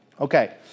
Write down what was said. Okay